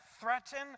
threaten